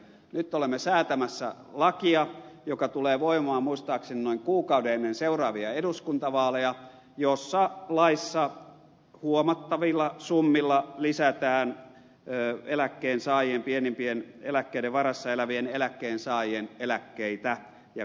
nyt olemme säätämässä lakia joka tulee voimaan muistaakseni noin kuukauden ennen seuraavia eduskuntavaaleja jossa laissa huomattavilla summilla lisätään eläkkeensaajien pienimpien eläkkeiden varassa elävien eläkkeensaajien eläkkeitä ja korotetaan heidän eläkkeitään